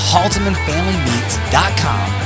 HaltemanFamilyMeats.com